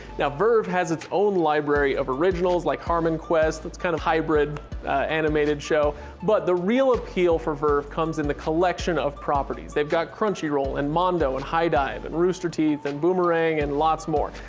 now vrv has it's own library of originals like harmonquest, its kind of hybrid animated show, but the real appeal for vrv comes in the collection of properties, they've got crunchyroll, and mondo, and hidive, and rooster teeth, and boomerang, and lots more,